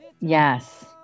Yes